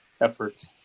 efforts